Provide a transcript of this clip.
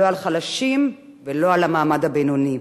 לא על חלשים ולא על המעמד הבינוני.